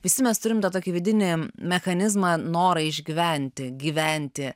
visi mes turim tą tokį vidinį mechanizmą norą išgyventi gyventi